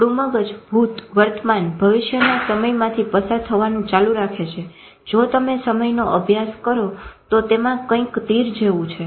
આપણું મગજ ભૂત વર્તમાન ભવિષ્યના સમયમાંથી પસાર થાવનું ચાલુ રાખે છે જો તમે સમયનો અભ્યાસ કરો તો તેમાં કંઈક તીર જેવું છે